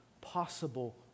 possible